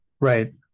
Right